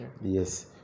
Yes